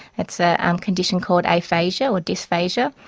it's a um condition called aphasia or dysphasia,